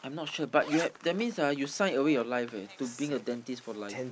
I'm not sure but you have that means ah you sign away your life eh to being a dentist for life